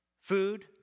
food